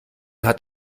hat